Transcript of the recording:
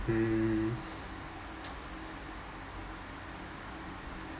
hmm